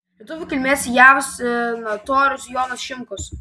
lietuvių kilmės jav senatorius jonas šimkus